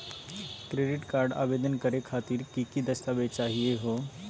Credit card आवेदन करे खातिर की की दस्तावेज चाहीयो हो?